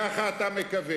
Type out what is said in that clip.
ככה אתה מקווה.